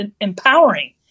empowering